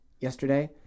yesterday